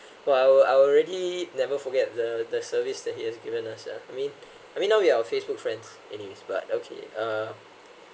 for I'll I'll really never forget the the service that he has given us ah I mean I mean now we are Facebook friends anyway but okay uh